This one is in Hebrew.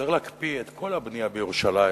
צריך להקפיא את כל הבנייה בירושלים,